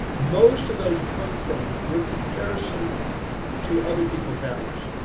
most of those come from your comparison to other people's values.